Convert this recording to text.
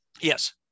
Yes